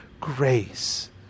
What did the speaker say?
grace